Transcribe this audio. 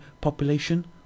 population